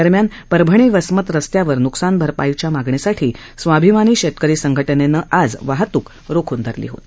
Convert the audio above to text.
दरम्यान परभणी वसमत रस्त्यावर नुकसान भरपा च्या मागणीसाठी स्वाभिमानी शेतकरी संघटनेनं आज वाहतूक पेटवून धरली होती